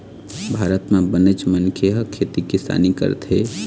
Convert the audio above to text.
भारत म बनेच मनखे ह खेती किसानी करथे